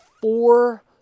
four